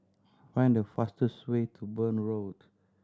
find the fastest way to Burn Road